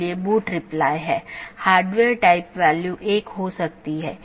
और यह मूल रूप से इन पथ विशेषताओं को लेता है